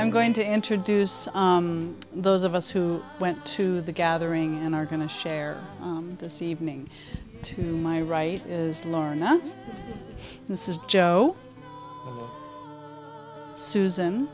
i'm going to introduce those of us who went to the gathering and are going to share this evening to my right is lorna this is joe susan